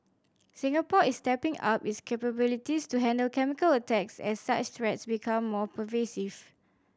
Singapore is stepping up its capabilities to handle chemical attacks as such threats become more pervasive